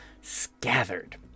scattered